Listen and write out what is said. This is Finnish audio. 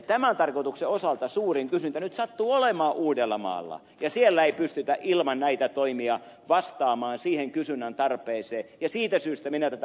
tämän tarkoituksen osalta suurin kysyntä nyt sattuu olemaan uudellamaalla ja siellä ei pystytä ilman näitä toimia vastaamaan siihen kysynnän tarpeeseen ja siitä syystä minä tätä uuttamaata korostin